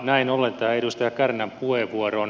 näin ollen tähän edustaja kärnän puheenvuoroon